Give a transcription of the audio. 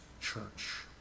church